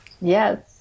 yes